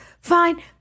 Fine